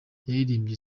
yaririmbye